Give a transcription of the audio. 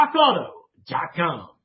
RockAuto.com